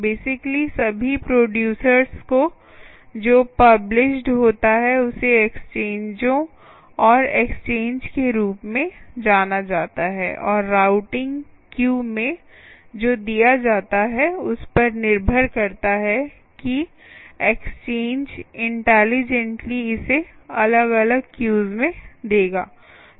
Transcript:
basically सभी producers को जो पब्लिश्ड होता है उसे एक्सचेंजों और एक्सचेंज के रूप में जाना जाता है और राउटिंग क्यू में जो दिया जाता है उस पर निर्भर करता है कि एक्सचेंज इंटेलीजेंटली इसे अलग अलग क्यूज़ में देगा